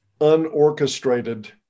unorchestrated